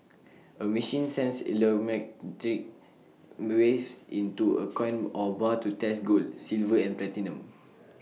A machine sends waves into A coin or bar to test gold silver and platinum